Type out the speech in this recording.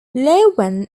loewen